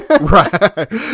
right